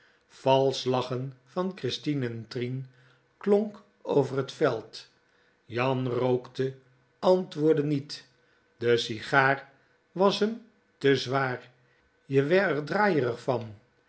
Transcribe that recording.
valsch lachen van christien en trien klonk over het veld jan rookte antwoordde niet de sigaar was m te zwaar je wer r draaierig van